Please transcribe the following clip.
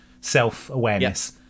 self-awareness